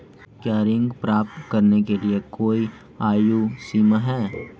क्या ऋण प्राप्त करने के लिए कोई आयु सीमा है?